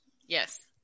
Yes